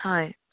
হয়